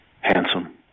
Handsome